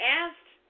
asked